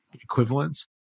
equivalents